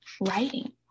writing